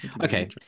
Okay